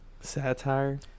Satire